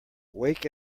wake